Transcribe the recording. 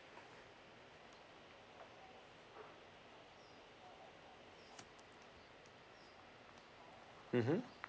mmhmm